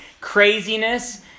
craziness